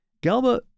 Galba